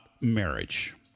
marriage